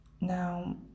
Now